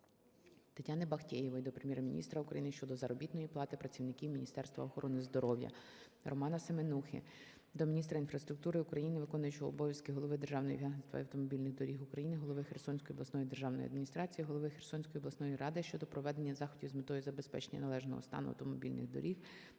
Тетяни Бахтеєвої до Прем'єр-міністра України щодо заробітної плати працівників Міністерства охорони здоров'я. РоманаСеменухи до міністра інфраструктури України, виконуючого обов'язки голови Державного агентства автомобільних доріг України, голови Херсонської обласної державної адміністрації, голови Херсонської обласної ради щодо проведення заходів з метою забезпечення належного стану автомобільних доріг